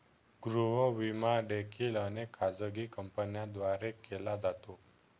गृह विमा देखील अनेक खाजगी कंपन्यांद्वारे केला जातो